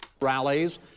Rallies